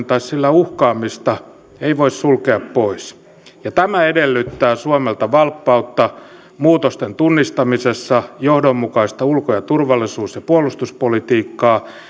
tai sillä uhkaamista ei voi sulkea pois ja tämä edellyttää suomelta valppautta muutosten tunnistamisessa johdonmukaista ulko ja turvallisuus ja puolustuspolitiikkaa